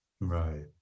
Right